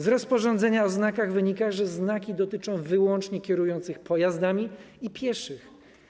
Z rozporządzenia o znakach wynika, że znaki dotyczą wyłącznie kierujących pojazdami i pieszych.